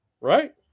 right